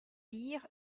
pire